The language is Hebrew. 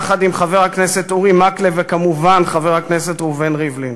יחד עם חבר הכנסת אורי מקלב וכמובן חבר הכנסת ראובן ריבלין.